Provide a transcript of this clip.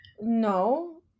no